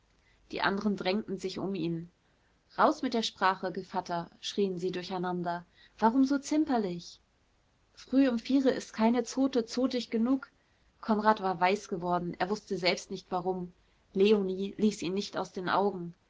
die anderen drängten sich um ihn raus mit der sprache gevatter schrien sie durcheinander warum so zimperlich früh um viere ist keine zote zotig genug konrad war weiß geworden er wußte selbst nicht warum leonie ließ ihn nicht aus den augen